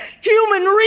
Human